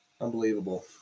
Unbelievable